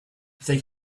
thank